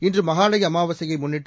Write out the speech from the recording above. இன்று மகாளய அமாவாசையை முன்னிட்டு